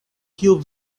kiu